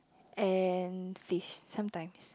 and fish sometimes